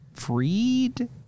Freed